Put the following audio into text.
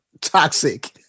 toxic